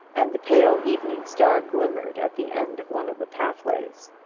and the pale evening star glimmered at the end of one of the pathways.